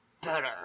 better